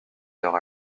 leur